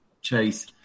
chase